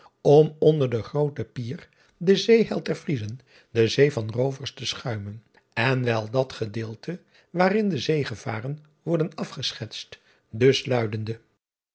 om onder den den eeheld der riezen de zee van roovers te schuimen en wel dat gedeelte waarin de eegevaren worden afgeschetst dus luidende